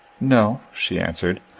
no, she answered,